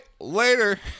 later